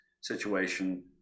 situation